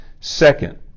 Second